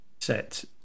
set